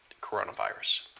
coronavirus